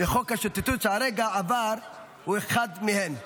וחוק השוטטות שכרגע עבר הוא אחד מהם.